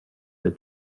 the